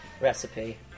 recipe